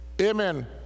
Amen